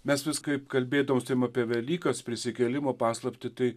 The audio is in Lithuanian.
mes vis kaip kalbėdavausi apie velykas prisikėlimo paslaptį tai